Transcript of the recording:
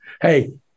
Hey